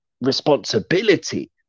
responsibility